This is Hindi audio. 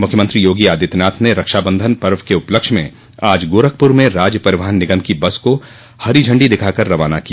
मख्यमंत्री योगी आदित्यनाथ ने रक्षाबंधन पर्व के उपलक्ष्य आज गोरखपुर में राज्य परिवहन निगम की बस को हरी झंडी दिखाकर रवाना किया